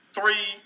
three